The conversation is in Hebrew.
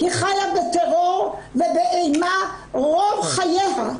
היא חייה בטרור ובאימה רוב חייה,